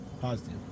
positive